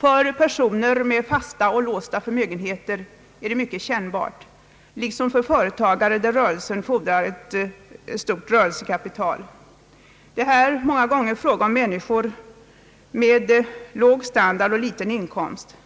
För personer med fasta och låsta förmögenheter är detta mycket kännbart liksom för företagare som driver en rörelse som fordrar ett stort rörelsekapital. Det är här många gånger fråga om personer med låg standard och liten inkomst.